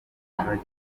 umurage